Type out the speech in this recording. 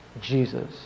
Jesus